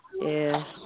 yes